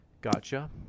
Gotcha